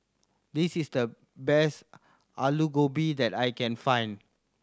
this is the best Aloo Gobi that I can find